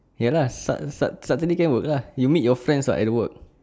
ya lah sa~ sa~ saturday can work ah you meet your friends at work